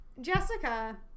Jessica